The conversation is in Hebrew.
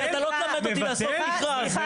אתה לא תלמד אותי לעשות מכרז.